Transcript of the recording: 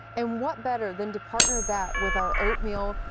and what better than to partner that with our oatmeal,